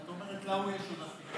ואת אומרת: להוא יש עודפים.